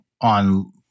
on